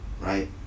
right